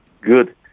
good